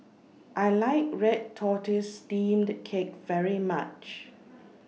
I like Red Tortoise Steamed Cake very much